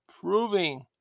Proving